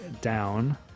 down